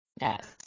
Yes